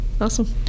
Awesome